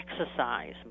exercise